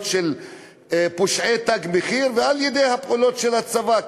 של פושעי "תג מחיר" ועל-ידי הפעולות של הצבא,